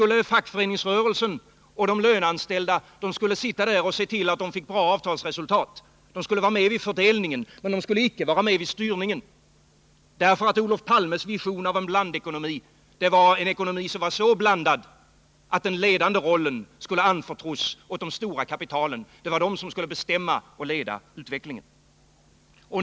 Fackföreningsrörelsen och de löneanställda skulle se till att få bra avtalsresultat. De skulle vara med vid fördelningen, men icke vid styrningen. Olof Palmes vision av en blandekonomi var en ekonomi så blandad att den ledande rollen skulle anförtros åt det stora kapitalet, som skulle leda den ekonomiska utvecklingen.